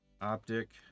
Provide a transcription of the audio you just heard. optic